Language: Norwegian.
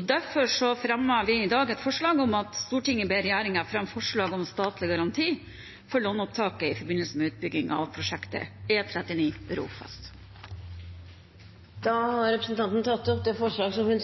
Derfor fremmer vi i dag et forslag om at Stortinget ber regjeringen fremme forslag om statlig garanti for lånopptaket i forbindelse med utbyggingen av prosjektet E39 Rogfast. Representanten Janne Sjelmo Nordås har tatt opp det forslaget hun